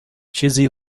چیزی